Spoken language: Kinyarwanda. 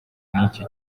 n’iki